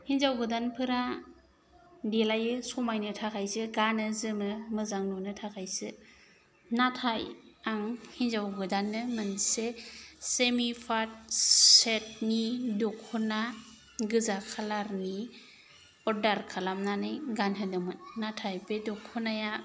हिनजाव गोदानफोरा देलायो समायनो थाखायसो गानो जोमो मोजां नुनो थाखायसो नाथाय आं हिनजाव गोदाननो मोनसे सेमि पाट सेथ नि दख'ना गोजा खालार नि अरदार खालामनानै गानहोदोंमोन नाथाय बे दख'नाया